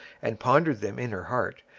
and pondered them in her heart,